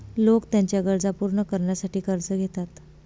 लोक त्यांच्या गरजा पूर्ण करण्यासाठी कर्ज घेतात